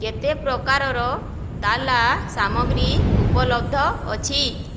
କେତେପ୍ରକାରର ତାଲା ସାମଗ୍ରୀ ଉପଲବ୍ଧ ଅଛି